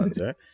right